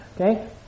okay